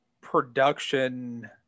production